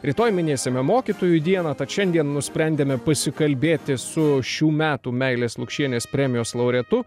rytoj minėsime mokytojų dieną tad šiandien nusprendėme pasikalbėti su šių metų meilės lukšienės premijos laureatu